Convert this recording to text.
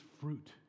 fruit